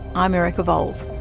i'm erica vowles